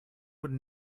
would